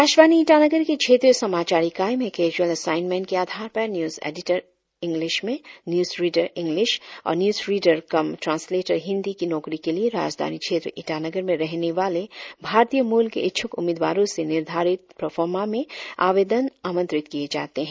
आकाशवानी ईटानगर के क्षेत्रीय समाचार इकाई में कैजुल असाइनमेंट के आधार पर news editor English news reader English और news reader cum translator Hindi की नौकरी के लिए राजधानी क्षेत्र ईटानगर में रहने वाले भारतीय मूल के इच्छूक उम्मीदवारों से निर्धारित प्रोफार्मा में आवेदन आमंत्रित किए जाते है